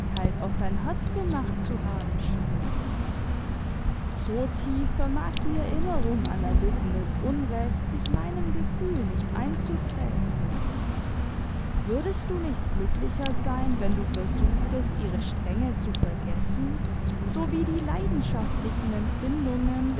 auf dein herz gemacht zu haben scheint so tief vermag die erinnerung an erlittenes unrecht sich meinem gefühl nicht einzuprägen würdest du nicht glücklicher sein wenn du versuchtest ihre strenge zu vergessen sowie die leidenschaftlichen empfindungen